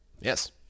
Yes